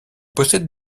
possèdent